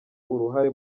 uruhare